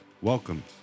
Welcome